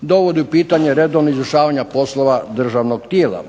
dovodi u pitanje redovno izvršavanje poslova državnog tijela.